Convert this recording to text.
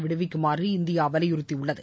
விடுவிக்குமாறு இந்தியா வலியுறுத்தியுள்ளது